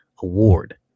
Award